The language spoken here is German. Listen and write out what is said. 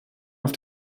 auf